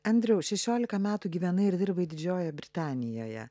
andriau šešiolika metų gyvenai ir dirbai didžiojoje britanijoje